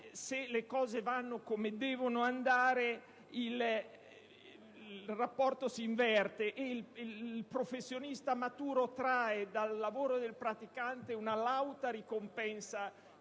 se le cose vanno come devono andare, il rapporto si inverte, e il professionista maturo trae dal lavoro del praticante una lauta ricompensa